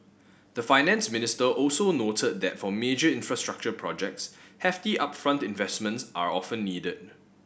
the Finance Minister also noted that for major infrastructure projects hefty upfront investments are often needed